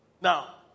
Now